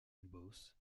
bosse